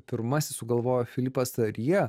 pirmasis sugalvojo filipas ar jie